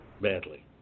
badly